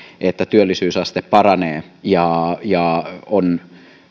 että työllisyysaste paranee ja ja on